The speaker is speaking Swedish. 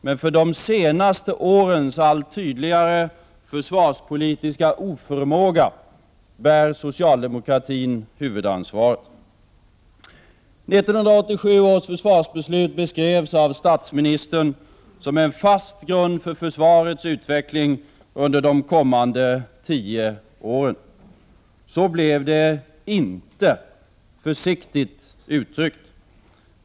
Men för de senaste årens allt tydligare försvarspolitiska oförmåga bär socialdemokratin huvudansvar 3 et. 1987 års försvarsbeslut beskrevs av statsministern som en fast grund för försvarets utveckling under de kommande tio åren. Så blev det inte, försiktigt uttryckt.